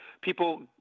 people